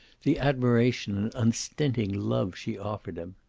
the admiration and unstinting love she offered him.